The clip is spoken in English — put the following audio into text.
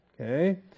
Okay